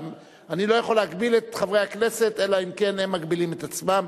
אני לא יכול להגביל את חברי הכנסת אלא אם כן הם מגבילים את עצמם,